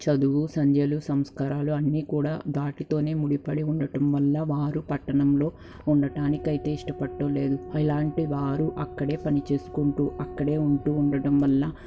చదువు సంధ్యలు సంస్కారాలు అన్నీ కూడా వాటితోనే ముడిపడి ఉండటం వల్ల వారు పట్టణంలో ఉండటానికి అయితే ఇష్టపడటం లేదు ఇలాంటివారు అక్కడే పని చేసుకుంటూ అక్కడే ఉంటూ ఉండడం వల్ల